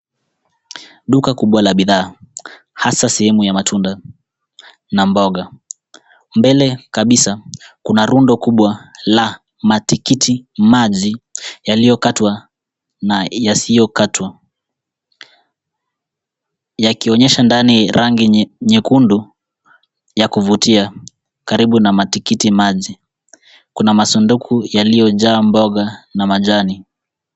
Duka kubwa la bidhaa hasa sehemu ya matunda na mboga. Mbele kabisa kuna rundo kubwa la matikiti maji yaliyokatwa na yasiyokatwa yakionyesha ndani ya rangi nyekundu ya kuvutia. Karibu na matikiti maji kuna masunduku yaliyojaa mboga na majani.